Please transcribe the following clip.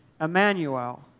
Emmanuel